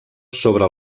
sobre